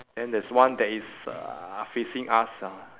and there's one that is uh facing us ah